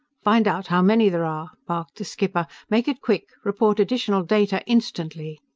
find out how many there are! barked the skipper. make it quick! report additional data instantly!